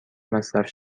مصرف